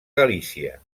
galícia